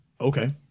okay